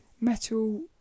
metal